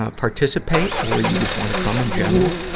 ah participate or you just wanna come in general,